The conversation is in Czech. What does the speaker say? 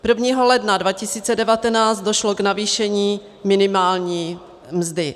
Prvního ledna 2019 došlo k navýšení minimální mzdy.